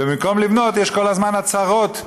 ובמקום לבנות יש כל הזמן הצהרות,